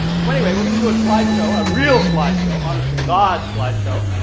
so anyway we're going to do a slide show a real slide show honest-to-god slide show,